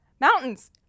mountains